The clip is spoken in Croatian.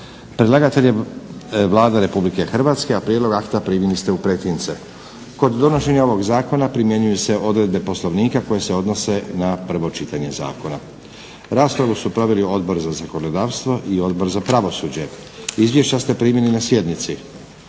Predlagatelj je Vlada Republike Hrvatske, a prijedlog akta primili ste u pretince. Kod donošenja ovog Zakona primjenjuju se odredbe Poslovnika koje se odnose na prvo čitanje zakona. Raspravu su proveli Odbor za zakonodavstvo i Odbor za pravosuđe. Izvješća ste primili na sjednici.